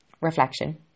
reflection